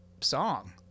song